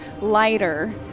lighter